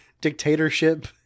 dictatorship